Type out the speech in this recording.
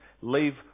leave